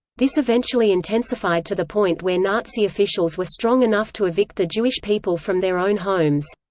this eventually intensified to the point where nazi officials were strong enough to evict the jewish people from their own homes.